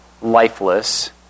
lifeless